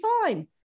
fine